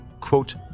quote